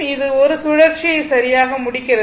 இது 1 சுழற்சியை சரியாக முடிக்கிறது